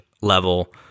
level